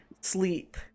sleep